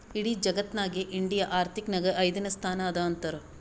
ಇಡಿ ಜಗತ್ನಾಗೆ ಇಂಡಿಯಾ ಆರ್ಥಿಕ್ ನಾಗ್ ಐಯ್ದನೇ ಸ್ಥಾನ ಅದಾ ಅಂತಾರ್